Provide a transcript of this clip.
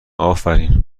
افرین